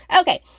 Okay